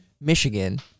Michigan